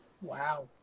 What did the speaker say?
wow